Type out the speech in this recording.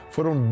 Foram